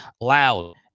loud